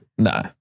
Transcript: No